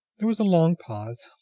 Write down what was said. there was a long pause.